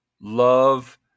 love